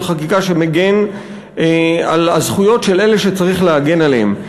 חקיקה שמגן על זכויות של אלה שצריך להגן עליהם.